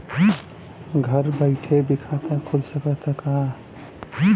घरे बइठले भी खाता खुल सकत ह का?